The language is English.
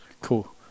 Cool